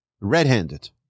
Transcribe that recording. Red-handed